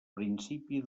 principi